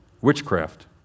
Witchcraft